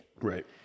right